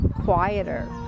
quieter